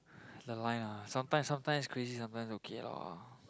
the line ah sometimes sometimes crazy sometimes okay lor